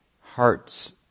heart's